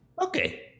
Okay